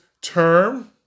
term